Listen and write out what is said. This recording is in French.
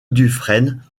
dufresne